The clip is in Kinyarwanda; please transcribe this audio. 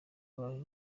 banki